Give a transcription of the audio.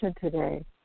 today